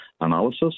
analysis